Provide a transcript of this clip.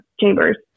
chambers